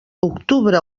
octubre